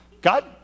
God